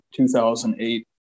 2008